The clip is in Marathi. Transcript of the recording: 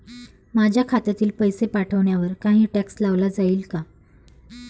माझ्या खात्यातील पैसे पाठवण्यावर काही टॅक्स लावला जाईल का?